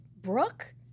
Brooke